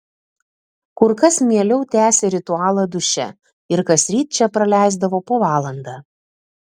kur kas mieliau tęsė ritualą duše ir kasryt čia praleisdavo po valandą